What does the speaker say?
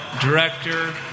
director